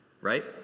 right